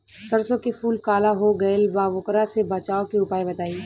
सरसों के फूल काला हो गएल बा वोकरा से बचाव के उपाय बताई?